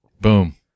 Boom